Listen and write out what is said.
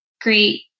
great